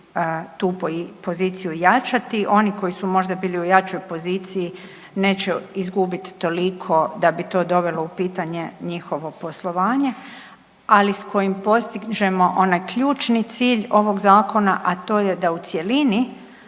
tu poziciju ojačati. Oni koji su možda bili u jačoj poziciji neće izgubiti toliko da bi to dovelo u pitanje njihovo poslovanje, ali s kojim postižemo onaj ključni cilj ovog zakona, a to je da u cjelini